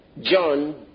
John